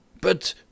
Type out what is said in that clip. But